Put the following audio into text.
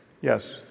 Yes